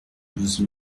douze